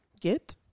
get